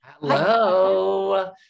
Hello